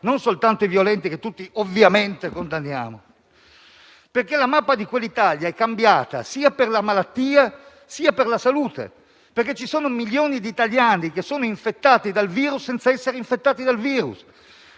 non soltanto i violenti, che tutti ovviamente condanniamo. La mappa di quell'Italia è infatti cambiata, sia per la malattia, sia per la salute, perché ci sono milioni di italiani che sono infettati dal virus senza esserlo, che vedono